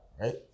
right